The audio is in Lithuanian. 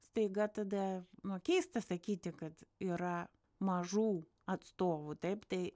staiga tada nu keista sakyti kad yra mažų atstovų taip tai